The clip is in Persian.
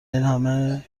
اینهمه